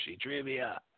trivia